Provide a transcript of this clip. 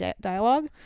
dialogue